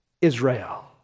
Israel